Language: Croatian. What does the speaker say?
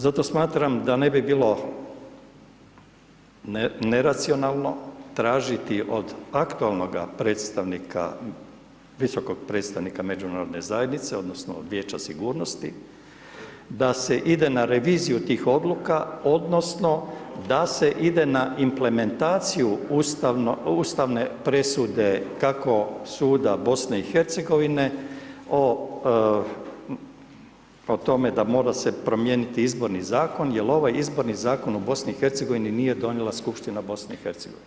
Zato smatram da ne bi bilo neracionalno tražiti od aktualnoga predstavnika visokog predstavnika Međunarodne zajednice, odnosno Vijeća sigurnosti da se ide na reviziju tih odluka odnosno da se ide na implementaciju ustavne presude kako suda BiH o tome da mora se promijeniti izborni zakon jer ovaj Izborni zakon u BiH nije donijela Skupština BiH.